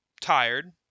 tired